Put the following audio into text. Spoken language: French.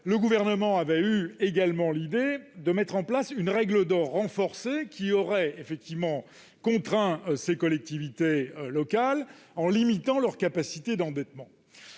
le Gouvernement avait également eu l'idée de mettre en place une règle d'or renforcée qui aurait contraint ces mêmes collectivités locales en limitant leur capacité d'endettement.